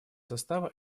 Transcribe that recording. состава